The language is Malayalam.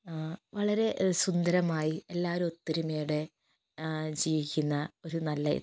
വളരെ സുന്ദരമായി എല്ലാവരും ഒത്തൊരുമയോടെ ജീവിക്കുന്ന ഒരു നല്ല ഇത്